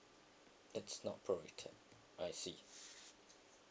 it's not prorated I see